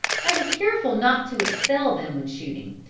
i was careful not to excel them when shooting,